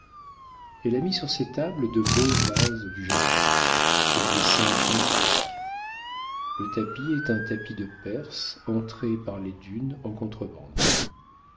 elle a mis sur ses tables de beaux vases du japon aux dessins fantasques le tapis est un tapis de perse entré par les dunes en contrebande